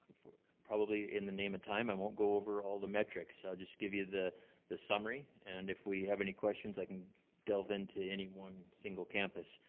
probably in the name of time, i won't go over all the metrics, so i'll just give you the the summary and if we have any questions, i can delve into any one single campus.